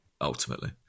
ultimately